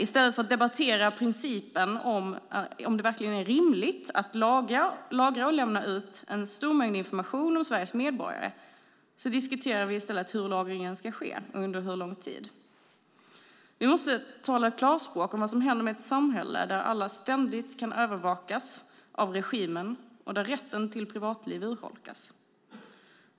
I stället för att debattera principen om det verkligen är rimligt att lagra och lämna ut en stor mängd information om Sveriges medborgare diskuterar vi hur lagringen ska ske och under hur lång tid. Vi måste tala klarspråk om vad som händer med ett samhälle där alla ständigt kan övervakas av regimen och där rätten till privatliv urholkas.